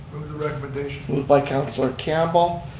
the recommendation. moved by councillor campbell,